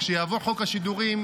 כשיעבור חוק השידורים,